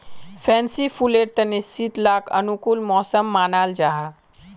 fancy फुलेर तने शीतकाल अनुकूल मौसम मानाल जाहा